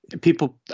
People